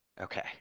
Okay